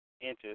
inches